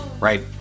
Right